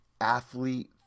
athlete